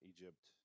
Egypt